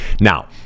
now